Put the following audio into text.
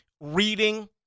reading